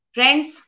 Friends